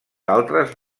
altres